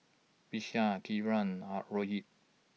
Vishal Kiran R Rohit